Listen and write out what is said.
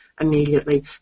immediately